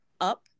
up